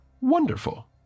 Wonderful